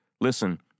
Listen